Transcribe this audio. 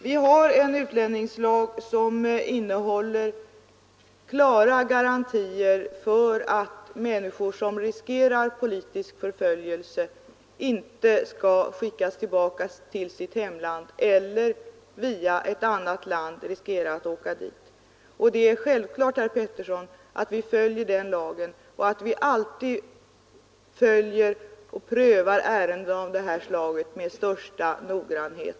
Vi har en utlänningslag som innehåller klara garantier för att en människa som riskerar politisk förföljelse inte skall skickas tillbaka till sitt hemland eller via ett annat land bli utlämnad till hemlandet. Det är självklart, herr Pettersson i Västerås, att vi följer den lagen och att vi alltid prövar ärenden av det här slaget med största noggrannhet.